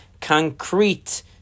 concrete